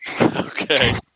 Okay